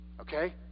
Okay